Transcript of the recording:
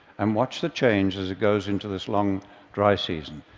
and watch the change as it goes into this long dry season.